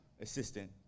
assistant